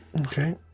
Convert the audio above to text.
Okay